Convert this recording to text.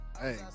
hey